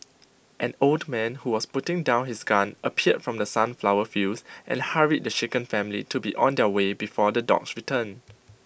an old man who was putting down his gun appeared from the sunflower fields and hurried the shaken family to be on their way before the dogs return